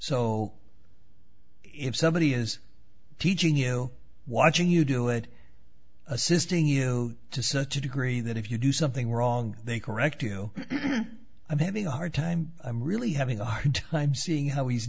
so if somebody is teaching you watching you do it assisting you to such a degree that if you do something wrong they correct you i'm having a hard time i'm really having a hard time seeing how he's